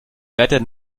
wärter